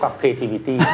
creativity